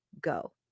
go